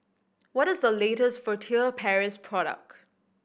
what is the latest Furtere Paris product